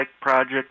project